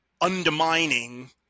undermining